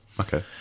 okay